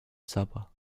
supper